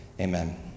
Amen